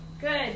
Good